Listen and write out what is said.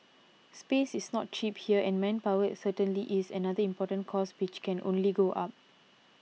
space is not cheap here and manpower is certainly is another important cost which can only go up